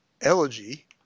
elegy